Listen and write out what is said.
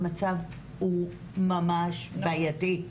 המצב הוא ממש בעייתי.